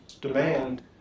demand